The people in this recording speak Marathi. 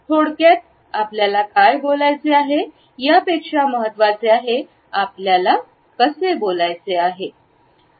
थोडक्यात आपल्याला काय बोलायचे आहे यापेक्षा महत्त्वाचे आहे आपल्याला कसे बोलायचे आहे